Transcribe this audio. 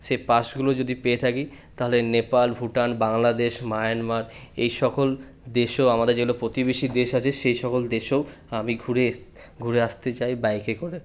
সে পাশগুলো যদি পেয়ে থাকি তাহলে নেপাল ভুটান বাংলাদেশ মায়ানমার এইসকল দেশও আমাদের যেগুলো প্রতিবেশী দেশ আছে সেই সকল দেশেও আমি ঘুরে এস ঘুরে আসতে চাই বাইকে করে